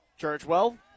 Churchwell